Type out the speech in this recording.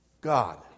God